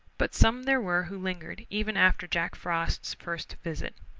but some there were who lingered even after jack frost's first visit.